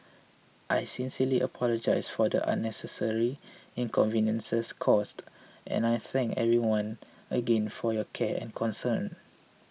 I sincerely apologise for the unnecessary inconveniences caused and I thank everyone again for your care and concern